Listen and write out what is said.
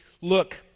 Look